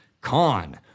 Con